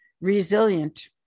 resilient